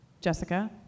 Jessica